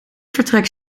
vertrek